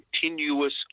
continuous